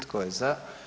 Tko je za?